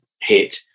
hit